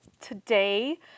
today